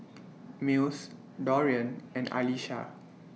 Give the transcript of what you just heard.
Mills Dorian and Alesha